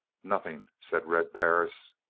nothing, said red perris.